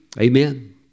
Amen